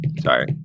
Sorry